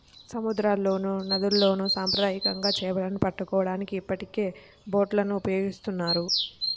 సముద్రాల్లోనూ, నదుల్లోను సాంప్రదాయకంగా చేపలను పట్టుకోవడానికి ఇప్పటికే బోట్లను ఉపయోగిస్తున్నారు